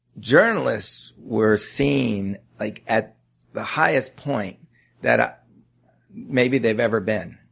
journalists were seen like at the highest point that ah maybe they've ever been.